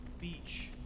beach